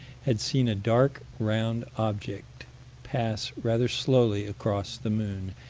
had seen a dark round object pass rather slowly across the moon,